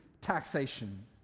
taxation